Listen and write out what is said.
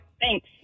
Thanks